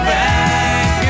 back